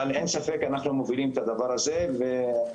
אין ספק שאנחנו מובילים את הדבר הזה ואני